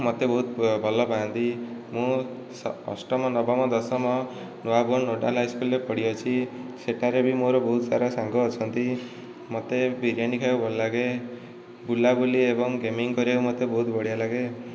ମୋତେ ବହୁତ ଭଲ ପାଆନ୍ତି ମୁଁ ଅଷ୍ଟମ ନବମ ଦଶମ ନୂଆବନ ନୋଡାଲ ହାଇସ୍କୁଲରେ ପଢ଼ି ଅଛି ସେଠାରେ ବି ମୋ'ର ବହୁତ ସାରା ସାଙ୍ଗ ଅଛନ୍ତି ମୋତେ ବିରୀୟାନୀ ଖାଇବାକୁ ଭଲ ଲାଗେ ବୁଲା ବୁଲି ଏବଂ ଗେମିଙ୍ଗ୍ କରିବାକୁ ମୋତେ ବହୁତ ବଢ଼ିଆ ଲାଗେ